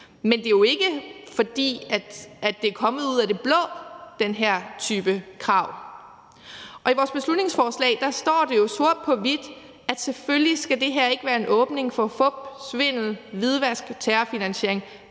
Men det er jo ikke, fordi det er kommet ud af det blå med den her type krav. Og i vores beslutningsforslag står det jo sort på hvidt, at selvfølgelig skal det her ikke være en åbning for fup, svindel, hvidvask og terrorfinansiering.